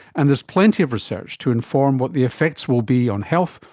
and there's plenty of research to inform what the effects will be on health,